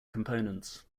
components